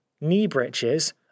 knee-breeches